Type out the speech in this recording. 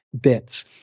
bits